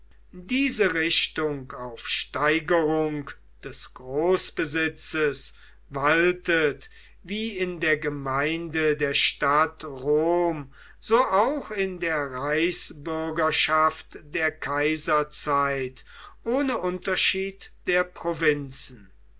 diese richtung auf steigerung des großbesitzes waltet wie in der gemeinde der stadt rom so auch in der reichsbürgerschaft der kaiserzeit ohne unterschied der provinzen